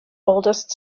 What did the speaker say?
oldest